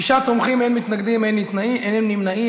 שישה תומכים, אין מתנגדים, אין נמנעים.